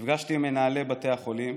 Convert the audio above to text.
נפגשתי עם מנהלי בתי החולים,